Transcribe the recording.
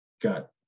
got